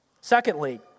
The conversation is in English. Secondly